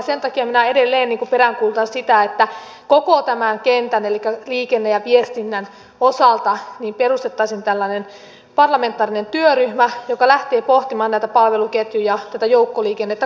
sen takia minä edelleen peräänkuulutan sitä että koko tämän kentän elikkä liikenteen ja viestinnän osalta perustettaisiin parlamentaarinen työryhmä joka lähtee pohtimaan näitä palveluketjuja tätä joukkoliikennettä kokonaisuutena